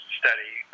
study